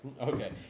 Okay